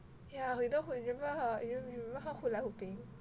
yeah you know who remember her you remember her hula hooping